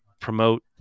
promote